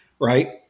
right